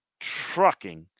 trucking